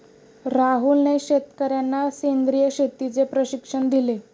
राहुलने शेतकर्यांना सेंद्रिय शेतीचे प्रशिक्षण दिले